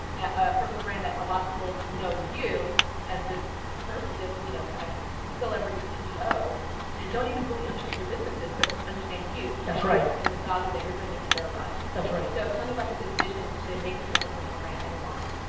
a personal brand that a lot of people know you as this you know kind of celebrity ceo and don't even really understand your businesses but and understand you. that's right. and the value that you're bringing to their lives. that's right. so tell me about the decision to make yourself a personal brand and why.